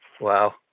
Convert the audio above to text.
Wow